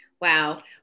Wow